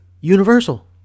Universal